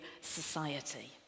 society